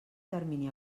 termini